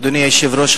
אדוני היושב-ראש,